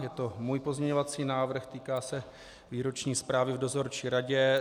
Je to můj pozměňovací návrh a týká se výroční zprávy v dozorčí radě.